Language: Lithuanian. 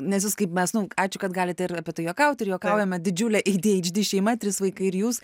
nes jūs kaip mes nu ačiū kad galite ir apie tai juokaut ir juokaujame didžiulė ei dy eidž dy šeima trys vaikai ir jūs